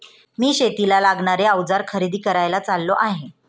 मी शेतीला लागणारे अवजार खरेदी करायला चाललो आहे